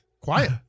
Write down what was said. quiet